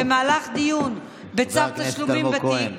במהלך דיון בצו תשלומים בתיק,